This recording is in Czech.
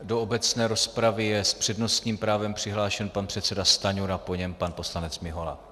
Do obecné rozpravy je s přednostním právem přihlášen pan předseda Stanjura, po něm pan poslanec Mihola.